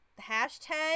hashtag